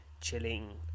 chilling